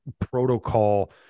protocol